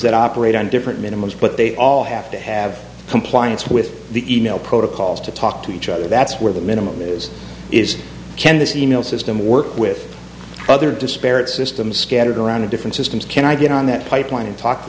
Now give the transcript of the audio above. that operate on different minimums but they all have to have compliance with the e mail protocols to talk to each other that's where the minimum is is can this e mail system work with other disparate systems scattered around to different systems can i get on that pipeline and talk to